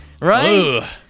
Right